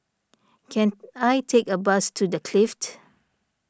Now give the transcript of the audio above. can I take a bus to the Clift